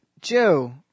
Joe